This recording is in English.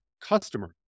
customer